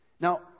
Now